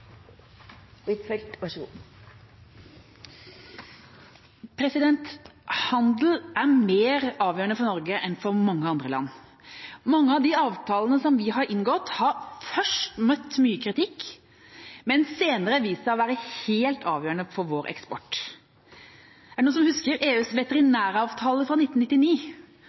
mer avgjørende for Norge enn for mange andre land. Mange av de avtalene som vi har inngått, har først møtt mye kritikk, men har senere vist seg å være helt avgjørende for vår eksport. Er det noen som husker EUs veterinæravtale fra 1999